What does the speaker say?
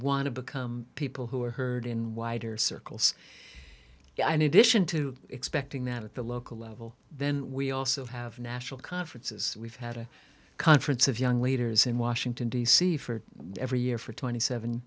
want to become people who are heard in wider circles yeah and it ition to expecting that at the local level then we also have national conferences we've had a conference of young leaders in washington d c for every year for twenty seven